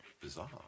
bizarre